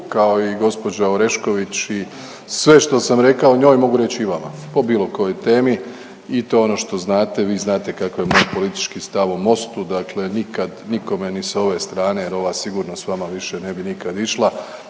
kao i gospođa Orešković i sve što sam rekao o njoj mogu reći i vama po bilo kojoj temi i to je ono što znate, vi znate kakav je moj politički stav o Mostu. Dakle, nikad nikome ni sa ove strane jer ova sigurno sa vama više ne bi nikad išla,